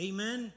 Amen